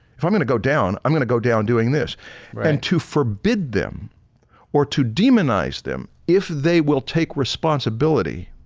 if i'm gonna go down, i'm gonna go down doing this and to forbid them or to demonize them if they will take responsibility,